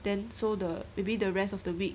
then so the maybe the rest of the week